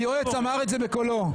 היועץ אמר את זה בקולו.